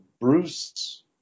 Bruce